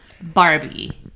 Barbie